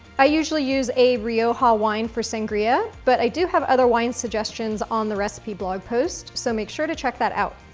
i usually use a rioja ah wine for sangria, but i do have other wine suggestions on the recipe blog post, so make sure to check that out.